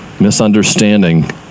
misunderstanding